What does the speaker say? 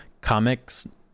comics